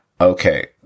Okay